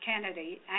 Kennedy